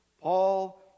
Paul